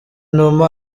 numa